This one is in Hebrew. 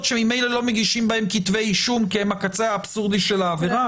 שממילא לא מגישים בהן כתבי אישום כי הם הקצה האבסורדי של העבירה?